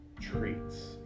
treats